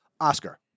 Oscar